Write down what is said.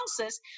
houses